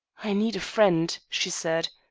i need a friend, she said,